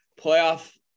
playoff